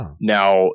Now